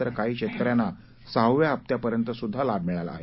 तर काही शेतकऱ्यांना सहाव्या हप्त्यापर्यंत सुद्धा लाभ मिळाला आहे